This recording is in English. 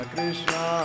Krishna